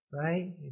right